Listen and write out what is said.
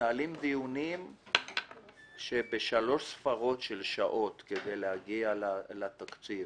מתנהלים דיונים בשלוש ספרות של שעות כדי להגיע לתקציב,